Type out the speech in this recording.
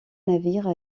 navire